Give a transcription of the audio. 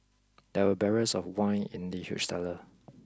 there were barrels of wine in the huge cellar